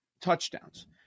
touchdowns